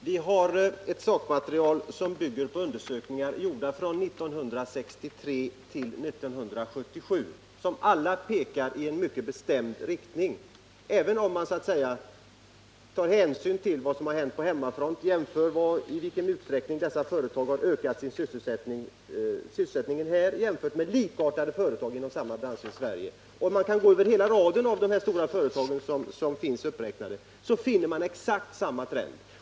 Herr talman! Vi har ett sakmaterial som bygger på undersökningar gjorda mellan 1963 och 1977. Resultatet av dessa undersökningar pekar alla i en mycket bestämd riktning, även om man tar hänsyn till i vilken utsträckning företagen har ökat sysselsättningen här jämfört med likartade företag inom samma branscher i Sverige. Vilket man än väljer av de stora företag som finns uppräknade finner man exakt samma trend.